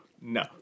no